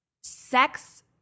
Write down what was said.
sex